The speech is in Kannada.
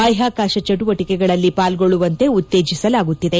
ಬಾಹ್ಕಾಕಾಶ ಚಟುವಟಿಕೆಗಳಲ್ಲಿ ಪಾಲ್ಗೊಳ್ಳುವಂತೆ ಉತ್ತೇಜಿಸಲಾಗುತ್ತಿದೆ